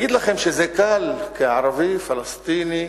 להגיד לכם שזה קל כערבי פלסטיני,